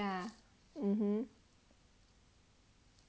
ya (uh huh)